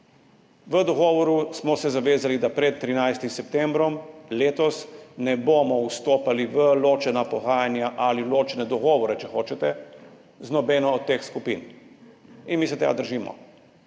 V dogovoru smo se zavezali, da pred 13. septembrom letos ne bomo vstopali v ločena pogajanja ali v ločene dogovore, če hočete, z nobeno od teh skupin. Mi se tega držimo,